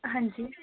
ਹਾਂਜੀ